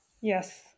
Yes